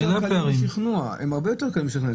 הם הרבה יותר קלים לשכנוע.